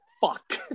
fuck